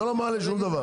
זה לא מעלה שום דבר.